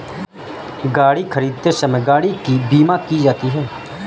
गाड़ी खरीदते समय गाड़ी की बीमा की जाती है